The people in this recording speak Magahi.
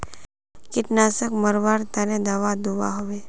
कीटनाशक मरवार तने दाबा दुआहोबे?